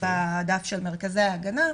בדף של מרכזי ההגנה,